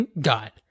God